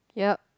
yup